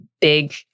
big